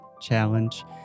challenge